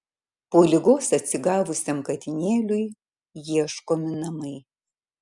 po ligos atsigavusiam katinėliui ieškomi namai